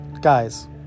guys